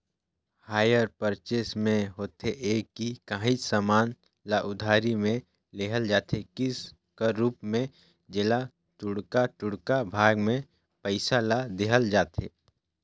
hire purchase में होथे ए कि काहींच समान ल उधारी में लेहल जाथे किस्त कर रूप में जेला टुड़का टुड़का भाग में पइसा ल देहल जाथे